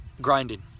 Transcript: grinding